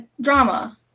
drama